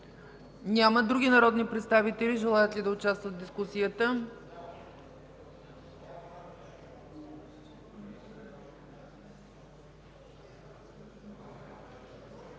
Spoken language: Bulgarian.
Няма. Други народни представители желаят ли да участват в дискусията?